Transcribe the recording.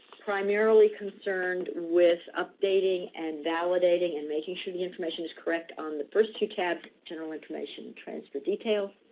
primarily concerned with updating and validating and making sure the information is correct on the first two tabs, general information transfer details,